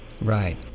Right